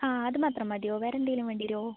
ആ അത് മാത്രം മതിയോ വേറെ എന്തെങ്കിലും വേണ്ടി വരുവോ